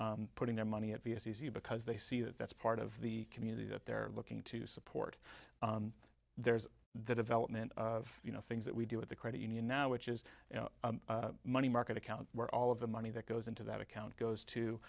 putting their money at vs easier because they see that that's part of the community that they're looking to support there's the development of you know things that we do with the credit union now which is a money market account where all of the money that goes into that account goes to